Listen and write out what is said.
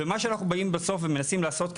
ומה שאנחנו באים בסוף ומנסים לעשות כאן,